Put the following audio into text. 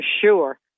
sure